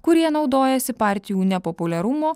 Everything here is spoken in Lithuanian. kurie naudojasi partijų nepopuliarumo